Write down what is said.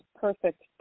Perfect